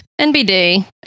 NBD